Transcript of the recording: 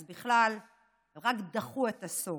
אז בכלל רק דחו את הסוף.